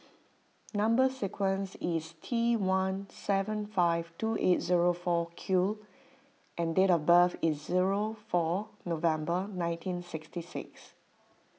Number Sequence is T one seven five two eight zero four Q and date of birth is zero four November nineteen sixty six